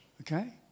Okay